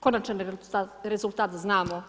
Konačan rezultat znamo.